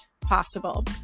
possible